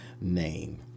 name